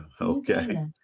Okay